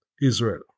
Israel